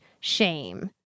shame